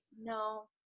no